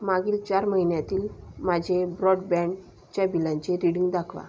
मागील चार महिन्यांतील माझे ब्रॉडबँड च्या बिलांचे रीडिंग दाखवा